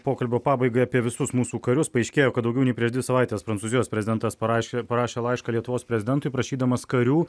pokalbio pabaigai apie visus mūsų karius paaiškėjo kad daugiau nei prieš dvi savaites prancūzijos prezidentas parašė parašė laišką lietuvos prezidentui prašydamas karių